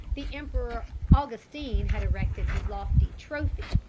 the emperor augustine had erected his lofty trophy,